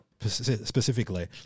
specifically